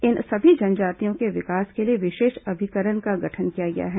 इन सभी जनजातियों के विकास के लिए विशेष अभिकरण का गठन किया गया है